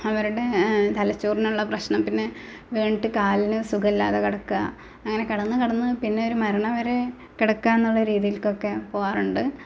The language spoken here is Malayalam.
അവരുടെ തലച്ചോറിനുള്ള പ്രശ്നം പിന്നെ വീണിട്ട് കാലിന് സുഖമില്ലാതെ കിടക്കുക അങ്ങനെ കിടന്ന് കിടന്ന് പിന്നെ മരണം വരെ കിടക്കുക എന്നുള്ള രീതിയിലേക്കൊക്കെ പോകാറുണ്ട്